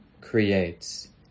creates